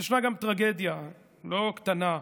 ישנה גם טרגדיה לא קטנה,